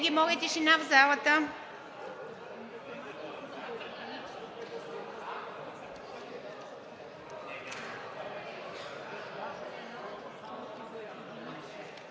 Моля за тишина в залата.